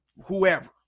whoever